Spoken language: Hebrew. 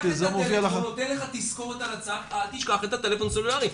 הוא נותן לך תזכורת על הצג: אל תשכח את הטלפון הסלולרי,